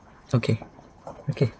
okay okay